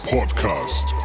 Podcast